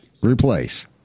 Replace